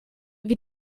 wie